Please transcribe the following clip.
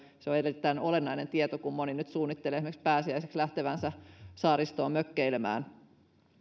se on erittäin olennainen tieto kun moni nyt suunnittelee esimerkiksi pääsiäiseksi lähtevänsä saaristoon mökkeilemään